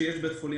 בית החולים